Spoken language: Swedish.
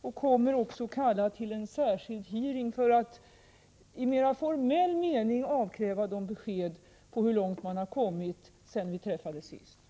Vi kommer att kalla till en särskild hearing för att i mera formell mening avkräva dem besked om hur långt de har kommit sedan vi träffades senast.